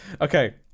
Okay